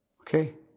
Okay